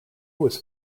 was